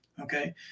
okay